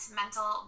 mental